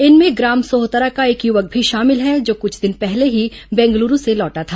इनमें ग्राम सोहतरा का एक युवक भी शामिल है जो कुछ दिन पहले ही बेंगलूरू से लौटा था